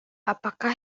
apakah